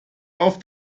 auf